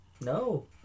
No